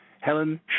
Helen